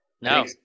No